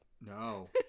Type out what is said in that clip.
No